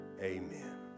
amen